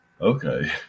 okay